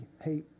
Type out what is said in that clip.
hey